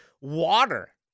water